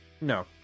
No